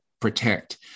protect